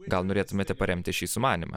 gal norėtumėte paremti šį sumanymą